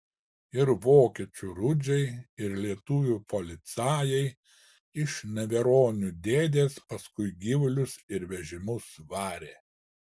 ir vokiečių rudžiai ir lietuvių policajai iš neveronių dėdės paskui gyvulius ir vežimus varė